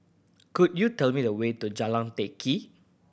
could you tell me the way to Jalan Teck Kee